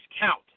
count